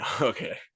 Okay